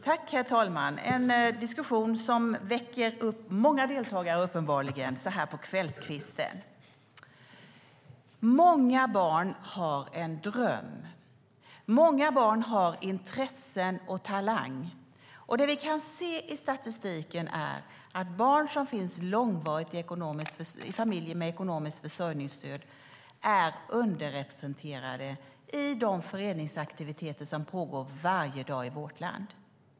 Herr talman! Det här är en diskussion som uppenbarligen väcker upp många deltagare så här på kvällskvisten. Många barn har en dröm. Många barn har intressen och talang. Det vi kan se i statistiken är att barn i familjer med ekonomiskt försörjningsstöd är underrepresenterade i de föreningsaktiviteter som pågår varje dag i vårt land.